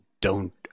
Don't